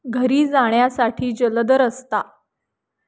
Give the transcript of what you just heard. घरी जाण्यासाठी जलद रस्ता